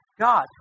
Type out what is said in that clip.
God